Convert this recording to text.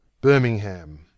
Birmingham